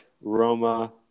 Roma